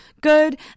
good